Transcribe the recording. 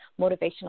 motivational